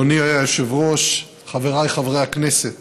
אדוני היושב-ראש, חבריי חברי הכנסת,